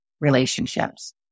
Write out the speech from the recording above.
relationships